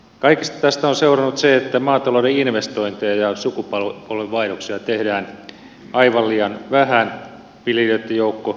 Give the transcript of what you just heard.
kaikesta tästä on seurannut se että maatalouden investointeja ja sukupolvenvaihdoksia tehdään aivan liian vähän viljelijöitten joukko supistuu